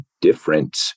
different